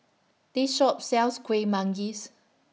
This Shop sells Kueh Manggis